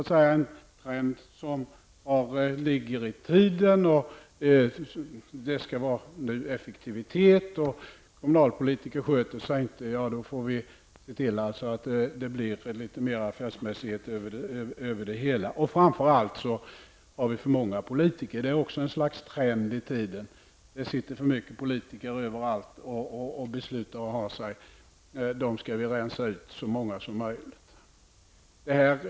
Det är en trend som ligger i tiden. Det skall vara effektivitet, och när kommunalpolitiker inte sköter sig skall man se till att det blir litet mer affärsmässighet över det hela. Framför allt har vi för många politiker. Det är också ett slags trend i tiden. Det sitter för många politiker överallt och fattar beslut. Det gäller därför att rensa ut så många som möjligt av dem.